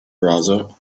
browser